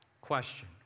Question